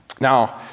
Now